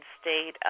State